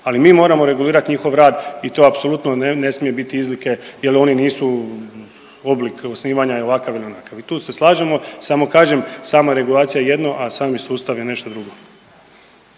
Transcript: ali mi moramo regulirat njihov rad i to apsolutno ne smije bit izlike jel oni nisu, oblik osnivanja je ovakav ili onakav i tu se slažemo, samo kažem sama regulacija je jedno, a sami sustav je nešto drugo.